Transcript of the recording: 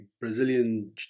Brazilian